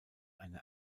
eine